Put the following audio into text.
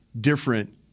different